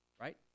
right